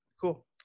Cool